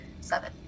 seven